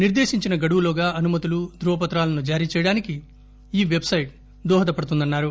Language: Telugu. నిర్దేశించిన గడువులోగా అనుమతులు ధ్రువపత్రాలను జారీచేయదానికి ఈ వెట్ సైట్ దోహదపడుతుందన్నారు